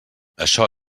això